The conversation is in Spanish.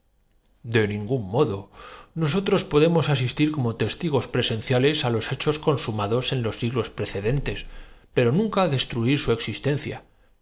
de ningún modo nosotros podemos asistir como testigos presenciales á los hechos consumados en los siglos precedentes pero nunca destruir su existencia